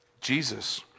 Jesus